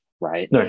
right